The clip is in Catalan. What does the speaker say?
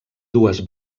dues